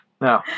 No